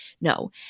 No